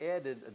added